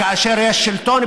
כאשר יש שלטון,